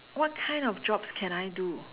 what kind of jobs can I do